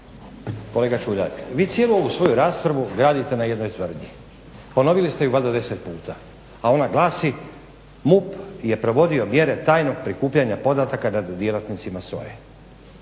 Kolega Čuljak, vi cijelu ovu svoju raspravu gradite na jednoj tvrdnji, ponovili ste je valjda deset puta, a ona glasi MUP je provodio mjere tajnog prikupljanja podataka nad djelatnicima SOA-e.